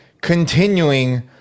continuing